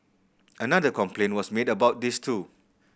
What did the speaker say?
another complaint was made about this too